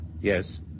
Yes